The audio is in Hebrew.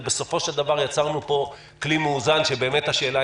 ובסופו של דבר יצרנו פה כלי מאוזן שהשאלה,